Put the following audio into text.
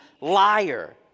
liar